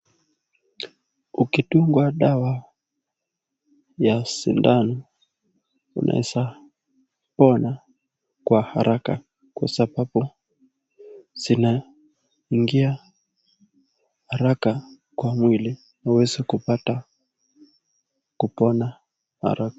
Ukidungwa dawa ya sindano unaweza pona kwa haraka kwa sababu zinaingia haraka kwa mwili huwezi kuoata kupona haraka.